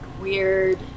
weird